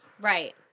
Right